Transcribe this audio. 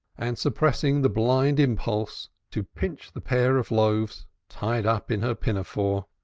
and suppressing the blind impulse to pinch the pair of loaves tied up in her pinafore.